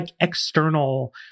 external